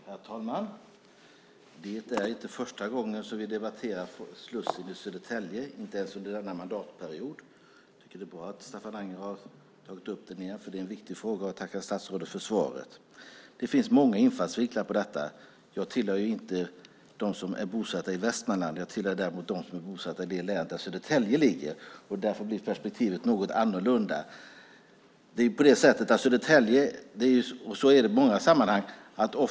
Herr talman! Det är inte första gången som vi debatterar slussen i Södertälje, inte ens under denna mandatperiod. Jag tycker att det är bra att Staffan Anger har tagit upp frågan igen, för det är en viktig fråga. Och jag tackar statsrådet för svaret. Det finns många infallsvinklar på detta. Jag tillhör inte dem som är bosatta i Västmanland. Jag tillhör däremot dem som är bosatta i det län där Södertälje ligger. Därför blir perspektivet något annorlunda. Så här är det i många sammanhang.